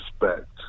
respect